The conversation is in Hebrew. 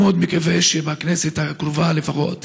אני מאוד מקווה שבכנסת הקרובה לפחות